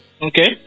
Okay